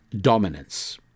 dominance